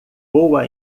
boa